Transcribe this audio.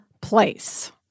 place